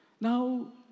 Now